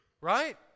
right